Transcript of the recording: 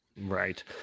Right